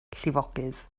llifogydd